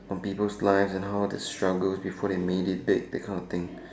on people's lives and how they struggled before they made it big that kind of thing